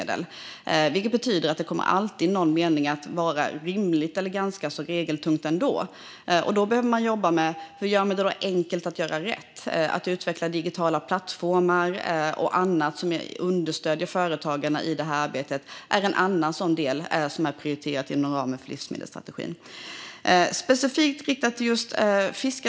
Det betyder att det i någon mening alltid kommer att vara rimligt eller ganska regeltungt ändå, och därför behöver man jobba med hur man gör det enkelt att göra rätt. Att utveckla digitala plattformar och annat som understöder företagarna i det här arbetet är en annan sådan del som är prioriterad inom ramen för livsmedelsstrategin.